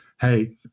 Hey